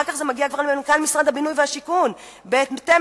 אחר כך זה כבר מגיע למנכ"ל משרד הבינוי והשיכון: בהתאם